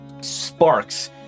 sparks